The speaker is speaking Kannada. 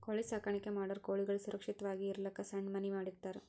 ಕೋಳಿ ಸಾಕಾಣಿಕೆ ಮಾಡೋರ್ ಕೋಳಿಗಳ್ ಸುರಕ್ಷತ್ವಾಗಿ ಇರಲಕ್ಕ್ ಸಣ್ಣ್ ಮನಿ ಮಾಡಿರ್ತರ್